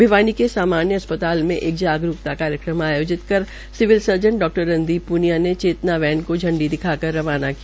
भिवानी के सामान्य अस्पताल में एक जागरूकता कार्यक्रम आयोजित कर सिविल सर्जन डा रणदीप पूनिया ने चेतना वैन को झंडी दिखा कर रवाना किया